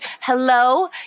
Hello